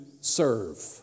serve